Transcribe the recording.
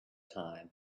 time